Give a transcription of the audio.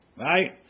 right